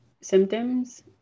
symptoms